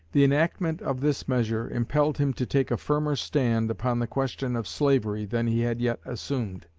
the enactment of this measure impelled him to take a firmer stand upon the question of slavery than he had yet assumed.